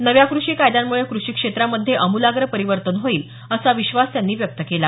नव्या कृषी कायद्यांमुळे कृषी क्षेत्रामध्ये आम्लाग्र परिवर्तन होईल असा विश्वास त्यांनी व्यक्त केला